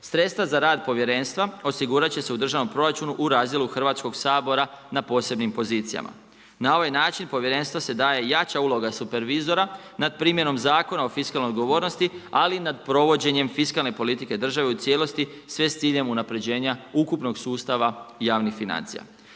Sredstva za rad povjerenstva osigurat će se u državnom proračunu u razdjelu Hrvatskog sabora na posebnim pozicijama. Na ovaj način povjerenstvu se daje jača uloga supervizora nad primjenom Zakona o fiskalnoj odgovornosti ali i nad provođenjem fiskalne politike države u cijelosti sve s ciljem unaprjeđenja ukupnog sustava javnih financija.